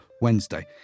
Wednesday